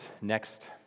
next